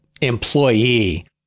employee